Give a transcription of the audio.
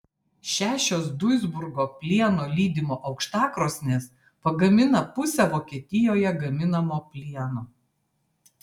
šešios duisburgo plieno lydimo aukštakrosnės pagamina pusę vokietijoje gaminamo plieno